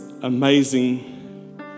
amazing